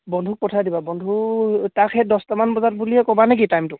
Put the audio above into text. বন্ধুক পঠাই দিবা বন্ধু তাক সেই দছটামান বজাত বুলিয়ে ক'বানে কি টাইমটো